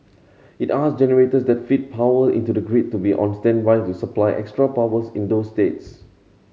it asked generators that feed power into the grid to be on standby to supply extra powers in those states